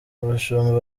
abashumba